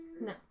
No